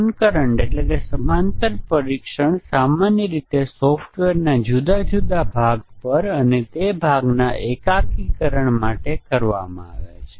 અન્ય ટેસ્ટીંગ ટેકનીકોની તુલનામાં મ્યુટેશન ટેસ્ટીંગ નો ફાયદો શું છે અને એક મહત્વપૂર્ણ ગેરલાભ શું છે